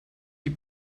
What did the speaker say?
die